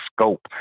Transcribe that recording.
scope